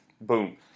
Boom